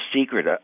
secret